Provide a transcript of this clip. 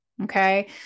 Okay